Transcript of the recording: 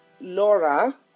laura